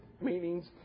meanings